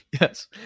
yes